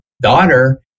daughter